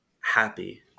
happy